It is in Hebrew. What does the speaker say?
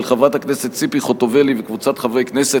של חברת הכנסת ציפי חוטובלי וקבוצת חברי הכנסת,